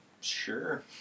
Sure